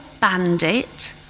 bandit